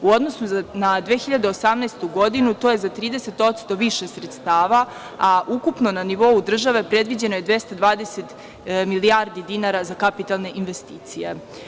U odnosu na 2018. godinu to je za 30% više sredstava, a ukupno na nivou države predviđeno je 220 milijardi dinara za kapitalne investicije.